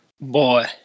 Boy